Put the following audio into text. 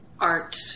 art